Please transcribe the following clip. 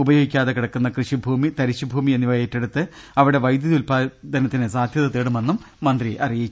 ഉപയോഗിക്കാതെ കിടക്കുന്ന കൃഷിഭൂമി തരിശുഭൂമി എന്നിവ ഏറ്റെടുത്ത് അവിടെ വൈദ്യുത ഉത്പാദന ത്തിനുള്ള സാധ്യത തേടുമെന്നും മന്ത്രി അറിയിച്ചു